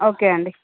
okay అండి